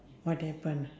what happen